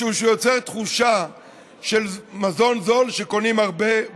משום שהוא יוצר תחושה של מזון זול שקונים הרבה,